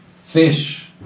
fish